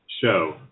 show